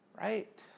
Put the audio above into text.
right